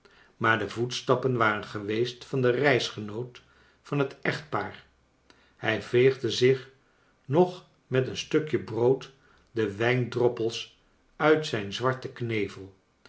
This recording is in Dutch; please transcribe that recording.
maar de voetstappen waren geweest van den reisgenoot van het echtpaar hij veegde zich nog met een stukje brood de wijndroppels uit zijn zwarten knevel